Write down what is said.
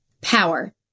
Power